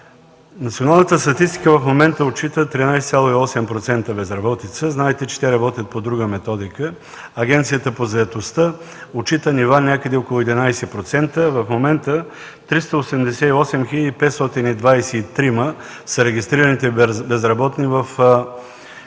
националната статистика в момента отчита 13,8% безработица. Знаете, че те работят по друга методика. Агенцията по заетостта отчита нива някъде около 11%. В момента 388 хил. 523 са регистрираните безработни в края на